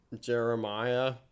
Jeremiah